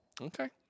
Okay